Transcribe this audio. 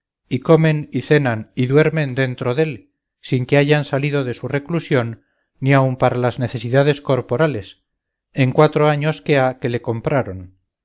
y comen y cenan y duermen dentro dél sin que hayan salido de su reclusión ni aun para las necesidades corporales en cuatro años que ha que le compraron